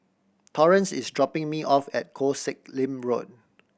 Torrence is dropping me off at Koh Sek Lim Road